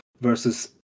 versus